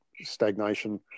stagnation